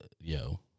yo